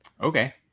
Okay